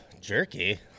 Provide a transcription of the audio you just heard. jerky